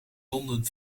londen